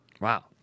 Wow